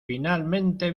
finalmente